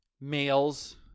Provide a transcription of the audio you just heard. males